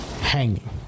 Hanging